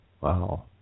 Wow